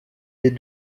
des